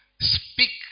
speak